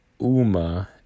Uma